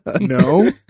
no